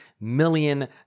million